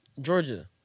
Georgia